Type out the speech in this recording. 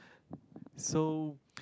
so